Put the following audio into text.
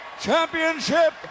championship